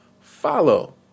follow